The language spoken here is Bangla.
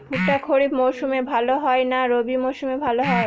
ভুট্টা খরিফ মৌসুমে ভাল হয় না রবি মৌসুমে ভাল হয়?